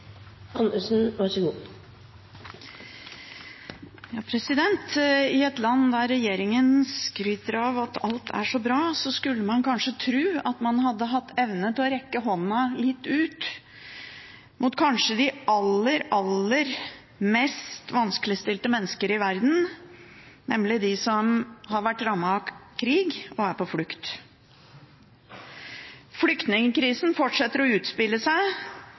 så bra, skulle man kanskje tro at man hadde hatt evnen til å rekke hånden litt ut til de kanskje aller mest vanskeligstilte menneskene i verden, nemlig de som har vært rammet av krig og er på flukt. Flyktningkrisen fortsetter å utspille seg